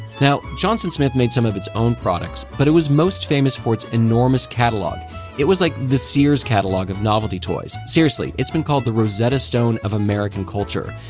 now, johnson smith made some of its own products, but it was most famous for its enormous catalogue it was like the sears catalogue of novelty toys. seriously, it's been called the rosetta stone of american culture.